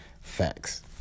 Facts